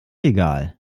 egal